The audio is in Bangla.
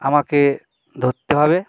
আমাকে ধরতে হবে